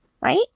Right